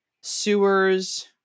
sewers